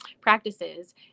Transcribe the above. practices